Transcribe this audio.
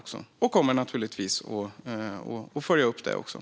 Och jag kommer naturligtvis att följa upp detta.